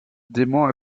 dément